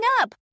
up